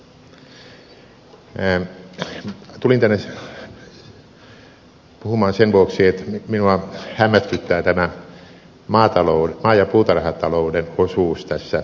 tulin tänne puhumaan sen vuoksi että minua hämmästyttää tämä maa ja puutarhatalouden osuus tässä raamisopimuksessa